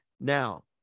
Now